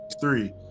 three